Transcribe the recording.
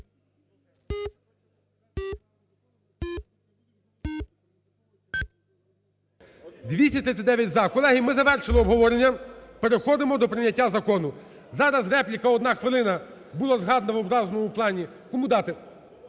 За-239 Колеги, ми завершили обговорення, переходимо до прийняття закону. Зараз репліка одна хвилина, було згадано в образливому плані. Кому дати?